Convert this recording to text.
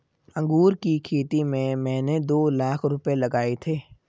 अंगूर की खेती में मैंने दो लाख रुपए लगाए थे